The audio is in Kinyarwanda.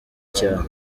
cyane